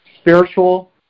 Spiritual